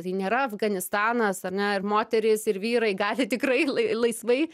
tai nėra afganistanas ar ne ir moterys ir vyrai gali tikrai laisvai